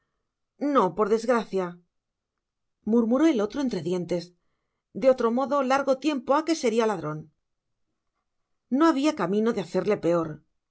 no por desgracia murmuró el otro entre dientes de otro modo largo tiempo ha que seria ladron no habia camino de hacerle peor